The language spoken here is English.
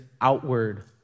outward